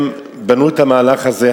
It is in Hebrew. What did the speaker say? הם בנו את המהלך הזה,